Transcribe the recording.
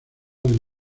del